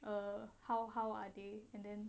err how how are they and then